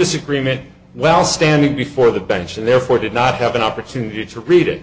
this agreement well standing before the bench and therefore did not have an opportunity to read it